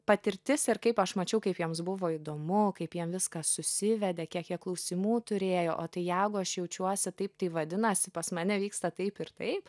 patirtis ir kaip aš mačiau kaip jiems buvo įdomu kaip jiem viskas susivedė kiek jie klausimų turėjo o tai jeigu aš jaučiuosi taip tai vadinasi pas mane vyksta taip ir taip